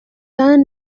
ubuzima